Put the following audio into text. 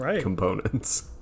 components